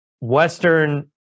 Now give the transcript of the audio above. Western